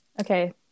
Okay